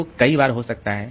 तो यह कई बार हो सकता है